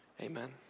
amen